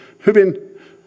hyvin